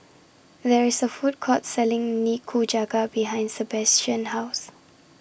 There IS A Food Court Selling Nikujaga behind Sabastian's House